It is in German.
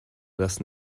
das